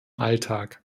alltag